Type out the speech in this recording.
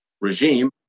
regime